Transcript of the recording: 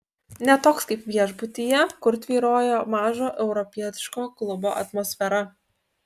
ne toks kaip viešbutyje kur tvyrojo mažo europietiško klubo atmosfera